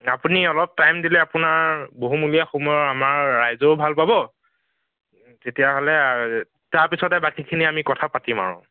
আপুনি অলপ টাইম দিলে আপোনাৰ বহুমূলীয়া সময় আমাৰ ৰাইজেও ভাল পাব তেতিয়া হ'লে তাৰ পিছতে বাকীখিনি আমি কথা পাতিম আৰু